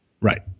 Right